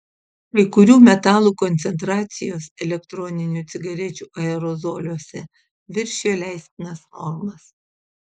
kai kurių metalų koncentracijos elektroninių cigarečių aerozoliuose viršijo leistinas normas